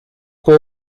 fue